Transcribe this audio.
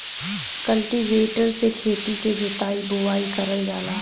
cultivator से खेती क जोताई बोवाई करल जाला